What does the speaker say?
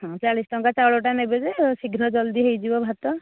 ହଁ ଚାଳିଶ ଟଙ୍କିଆ ଚାଉଳଟା ନେବେ ଯେ ଶୀଘ୍ର ଜଲ୍ଦି ହୋଇଯିବ ଭାତ